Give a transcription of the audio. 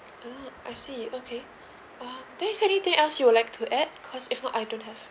uh I see okay uh if there's anything else you'd like to add because if not I don't have